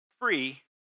free